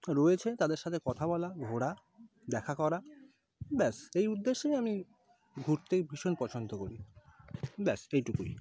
রয়েছে তাদের সাথে কথা বলা ঘোরা দেখা করা ব্যাস এই উদ্দেশ্যেই আমি ঘুরতে ভীষণ পছন্দ করি ব্যাস এইটুকুই